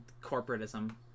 corporatism